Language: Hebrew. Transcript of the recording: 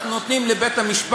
אנחנו נותנים לבית-המשפט,